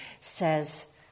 says